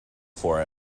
for